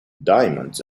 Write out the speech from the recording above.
diamonds